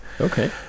Okay